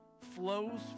flows